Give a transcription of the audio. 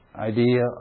idea